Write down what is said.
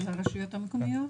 של הרשויות המקומיות?